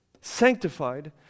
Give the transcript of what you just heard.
sanctified